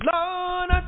Lord